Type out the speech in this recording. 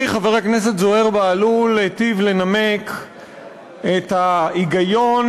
עמיתי חבר הכנסת זוהיר בהלול היטיב לנמק את ההיגיון,